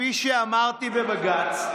כפי שאמרתי בבג"ץ,